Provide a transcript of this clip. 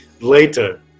later